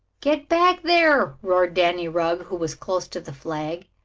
get back there! roared danny rugg, who was close to the flag,